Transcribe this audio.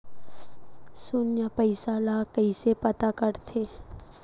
शून्य पईसा ला कइसे पता करथे?